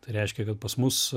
tai reiškia kad pas mus